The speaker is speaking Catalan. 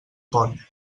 pont